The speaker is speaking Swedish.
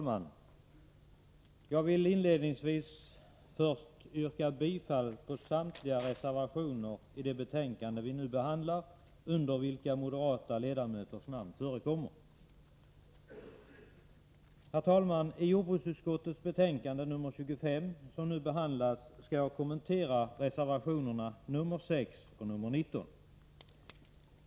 Herr talman! Inledningsvis vill jag yrka bifall till samtliga reservationer i det betänkande vi nu behandlar, under vilka moderata ledamöters namn förekommer. Herr talman! Jag skall kommentera reservationerna 6 och 19 i jordbruksutskottets betänkande nr 25.